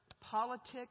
politics